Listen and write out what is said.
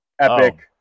Epic